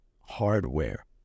hardware